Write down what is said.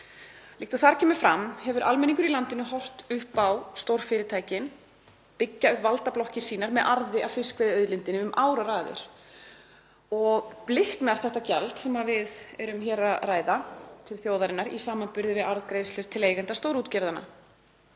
Líkt og þar kemur fram hefur almenningur í landinu horft upp á stórfyrirtækin byggja valdablokkir sínar með arði af fiskveiðiauðlindinni um áraraðir og bliknar þetta gjald til þjóðarinnar, sem við erum hér að ræða, í samanburði við arðgreiðslur til eigenda stórútgerðanna.